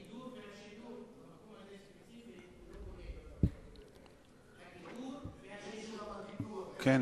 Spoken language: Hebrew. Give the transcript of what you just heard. הגידור והשילוט במקום הזה ספציפית, הוא לא בולט.